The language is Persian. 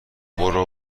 برو